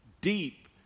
Deep